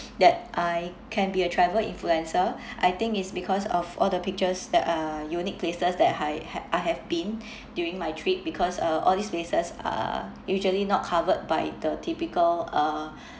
that I can be a travel influencer I think it's because of all the pictures that are unique places that I had I have been during my trip because uh